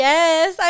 Yes